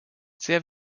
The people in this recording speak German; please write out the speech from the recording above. sehr